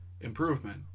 improvement